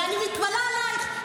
ואני מתפלאה עלייך,